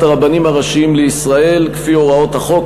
הרבנים הראשיים לישראל לפי הוראות החוק,